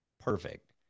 perfect